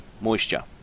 moisture